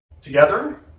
together